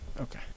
Okay